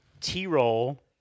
T-Roll